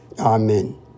Amen